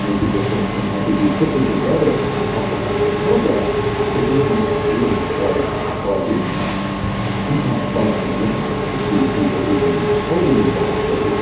make a difference and that when you put them together in a comprehensive program the difference is really quite striking and sometimes quite magnificent to see people who've been totally devastated,